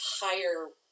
higher